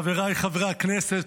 חבריי חבר הכנסת,